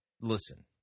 listen